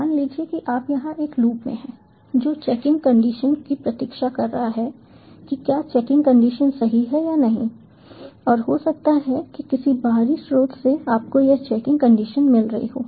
मान लीजिए कि आप यहाँ एक लूप में हैं जो चेकिंग कंडीशन की प्रतीक्षा कर रहा है कि क्या चेकिंग कंडीशन सही है या नहीं और हो सकता है कि किसी बाहरी स्रोत से आपको यह चेकिंग कंडीशन मिल रही हो